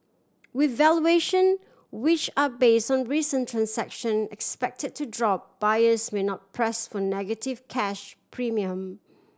with valuation which are base on recent transaction expected to drop buyers may not press for negative cash premium